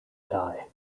die